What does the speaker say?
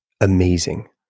amazing